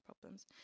problems